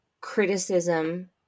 criticism